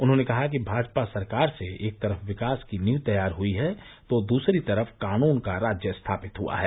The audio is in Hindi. उन्होंने कहा कि भाजपा सरकार से एक तरफ विकास की नीव तैयार हुयी है तो दूसरी तरफ कानून का राज्य स्थापित हुआ है